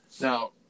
Now